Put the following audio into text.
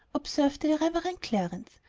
observed the irreverent clarence.